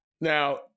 Now